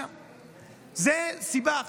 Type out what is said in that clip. זאת סיבה אחת.